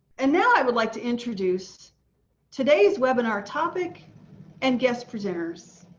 and now i would like to introduce today's webinar topic and guest presenters.